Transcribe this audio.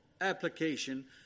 application